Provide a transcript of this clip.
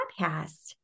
podcast